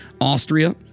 Austria